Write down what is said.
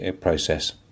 process